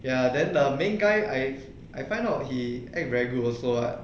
ya then the main guy I I find out he act also very good err